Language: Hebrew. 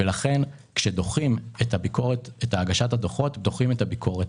לכן כשדוחים את הגשת הדוחות דוחים את הביקורת.